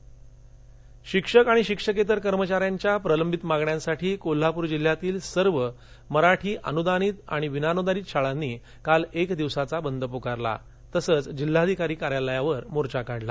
बंद कोल्हापर शिक्षक आणि शिक्षकेतर कर्मचाऱ्यांच्या प्रलंबित मागण्यांसाठी कोल्हापुर जिल्ह्यातील सर्व मराठी अनुदानित विनाअनुदानित शाळांनी काल एक दिवसाचा बंद पुकारला आणि जिल्हाधिकारी कार्यालयावर मोर्चा काढला